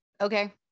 Okay